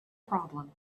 problem